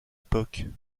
époque